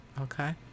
okay